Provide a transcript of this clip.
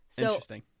Interesting